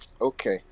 okay